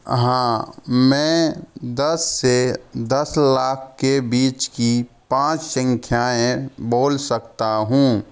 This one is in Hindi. हाँ मैं दस से दस लाख के बीच की पाँच संख्याएं बोल सकता हूँ